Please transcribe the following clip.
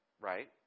right